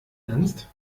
ernst